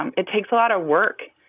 um it takes a lot of work.